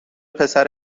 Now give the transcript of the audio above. پسر